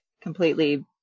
completely